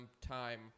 time